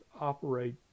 operate